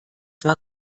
zwar